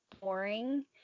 boring